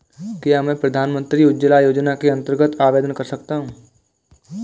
क्या मैं प्रधानमंत्री उज्ज्वला योजना के लिए आवेदन कर सकता हूँ?